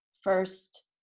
first